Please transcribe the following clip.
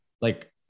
like-